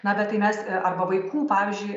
na bet tai mes arba vaikų pavyzdžiui